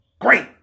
great